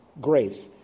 grace